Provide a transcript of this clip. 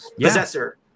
Possessor